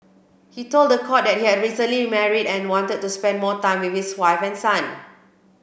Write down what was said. he told the court that he had recently married and wanted to spend more time with his wife and son